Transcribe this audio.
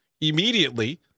immediately